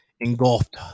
engulfed